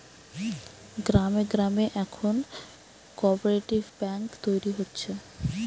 গ্রামে গ্রামে এখন কোপরেটিভ বেঙ্ক তৈরী হচ্ছে